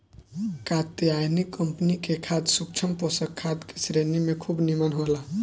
Katyayani company के खाद सूक्ष्म पोषक खाद का श्रेणी में खूब निमन होला